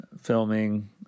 filming